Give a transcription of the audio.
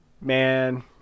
Man